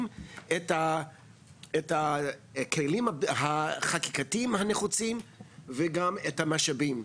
את הכלים החקיקתיים הנחוצים וגם את המשאבים.